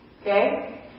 Okay